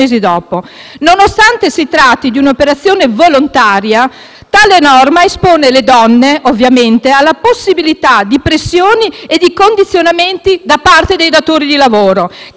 Nonostante si tratti di un'operazione volontaria, tale norma espone ovviamente le donne alla possibilità di pressioni e di condizionamenti da parte dei datori di lavoro,